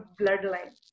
bloodline